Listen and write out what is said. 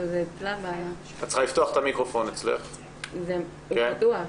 בוקר טוב,